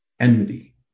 enmity